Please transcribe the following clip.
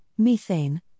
methane